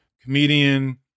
comedian